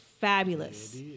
fabulous